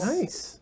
Nice